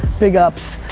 big ups.